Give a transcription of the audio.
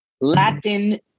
Latin